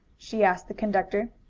she asked the conductor.